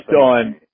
on –